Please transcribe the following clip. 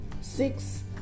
six